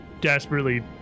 desperately